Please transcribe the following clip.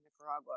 Nicaragua